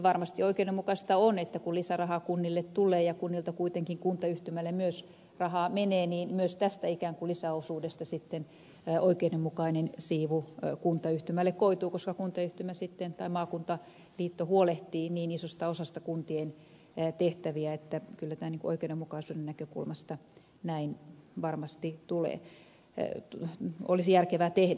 varmasti oikeudenmukaista on että kun lisärahaa kunnille tulee ja kunnilta kuitenkin kuntayhtymälle myös rahaa menee niin myös tästä ikään kuin lisäosuudesta sitten oikeudenmukainen siivu kuntayhtymälle koituu koska kuntayhtymä tai maakuntaliitto huolehtii niin isosta osasta kuntien tehtäviä että kyllä tämä oikeudenmukaisuuden näkökulmasta näin varmasti olisi järkevää tehdä